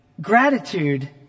gratitude